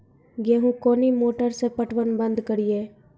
गेहूँ कोनी मोटर से पटवन बंद करिए?